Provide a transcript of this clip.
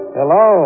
Hello